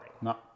No